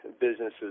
businesses